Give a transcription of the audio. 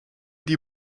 die